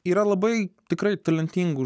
yra labai tikrai talentingų